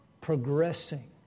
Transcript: progressing